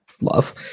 love